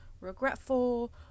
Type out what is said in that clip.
regretful